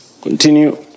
Continue